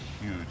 huge